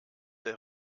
der